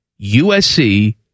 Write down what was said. USC